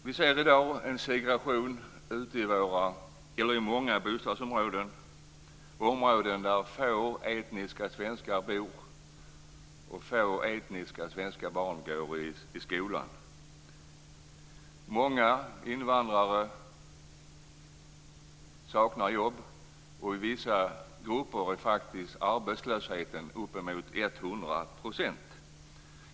Vi ser i dag en segregation i många bostadsområden, områden där få etniska svenskar bor och få etniska svenska barn går i skolan. Många invandrare saknar jobb, och i vissa grupper är arbetslösheten faktiskt uppemot hundra procent.